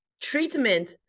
treatment